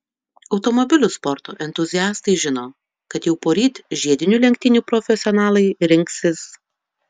automobilių sporto entuziastai žino kad jau poryt žiedinių lenktynių profesionalai rinksis